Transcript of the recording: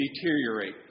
deteriorate